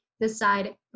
decide